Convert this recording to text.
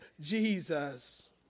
Jesus